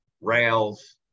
rails